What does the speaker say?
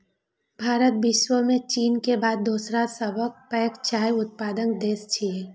भारत विश्व मे चीन के बाद दोसर सबसं पैघ चाय उत्पादक देश छियै